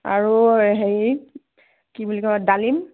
আৰু হেৰি কি বুলি কয় ডালিম